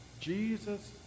Jesus